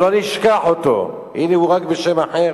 שלא נשכח אותו, הנה, הוא רק בשם אחר,